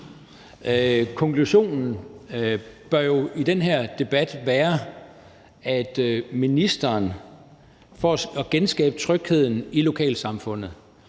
Konklusionen bør jo i den her debat være, at ministeren for at genskabe trygheden i lokalsamfundet